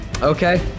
Okay